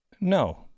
no